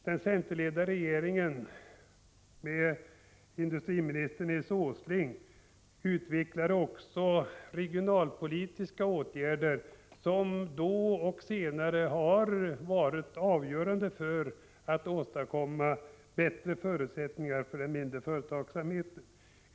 Den centerledda regeringen med industriminister Nils G. Åsling utvecklade också regionalpolitiska åtgärder, som då och senare har varit avgörande när det gällt att åstadkomma bättre förutsättningar för den mindre företagsamheten.